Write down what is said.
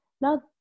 Now